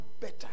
better